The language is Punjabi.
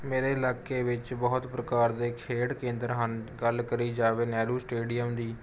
ਮੇਰੇ ਇਲਾਕੇ ਵਿੱਚ ਬਹੁਤ ਪ੍ਰਕਾਰ ਦੇ ਖੇਡ ਕੇਂਦਰ ਹਨ ਗੱਲ ਕਰੀ ਜਾਵੇ ਨਹਿਰੂ ਸਟੇਡੀਅਮ ਦੀ